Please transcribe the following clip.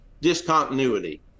discontinuity